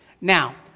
Now